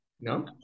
No